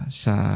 sa